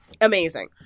amazing